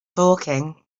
talking